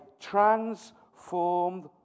transformed